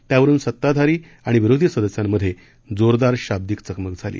त्यावरुन सत्ताधारी आणि विरोधी सदस्यांमध्ये जोरदार शाब्दिक चकमक झाली